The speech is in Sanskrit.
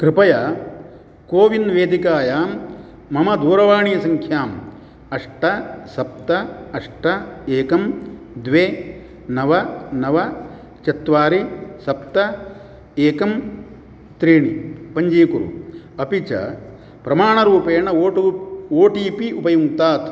कृपया कोविन् वेदिकायां मम दूरवाणीसङ्ख्याम् अष्ट सप्त अष्ट एकं द्वे नव नव चत्वारि सप्त एकं त्रीणि पञ्जीकुरु अपि च प्रमाणरूपेण ओ टु ओ टि पि उपयुङ्क्तात्